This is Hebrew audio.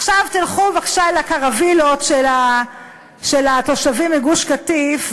עכשיו תלכו בבקשה לקרווילות של התושבים מגוש-קטיף,